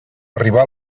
arribà